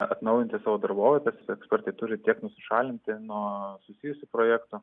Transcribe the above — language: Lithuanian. atnaujinti savo darbovietes ekspertai turi tiek nusišalinti nuo susijusių projektų